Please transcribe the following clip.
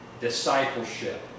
discipleship